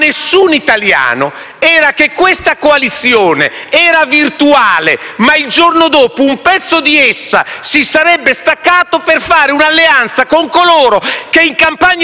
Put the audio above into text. alcun italiano era che questa coalizione fosse virtuale e che il giorno dopo un pezzo di essa si sarebbe staccato per fare un'alleanza con coloro con cui, in campagna